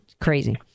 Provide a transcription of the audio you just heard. crazy